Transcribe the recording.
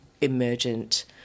emergent